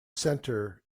centre